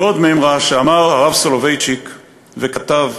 ועוד מימרה, שאמר הרב סולובייצ'יק וכתב: